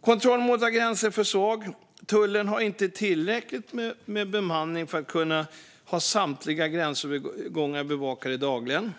Kontrollen vid våra gränser är för svag. Tullen har inte tillräckligt med bemanning för att kunna ha samtliga gränsövergångar bevakade dagligen.